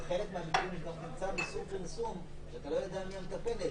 בחלק מן המקרים יש גם צו איסור פרסום ואתה לא יודע מי המטפלת,